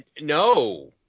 no